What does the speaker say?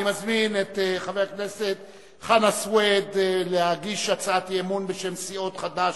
אני מזמין את חבר הכנסת חנא סוייד להגיש בשם סיעות חד"ש,